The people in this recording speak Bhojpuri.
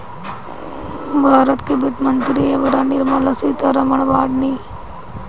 भारत के वित्त मंत्री एबेरा निर्मला सीता रमण बाटी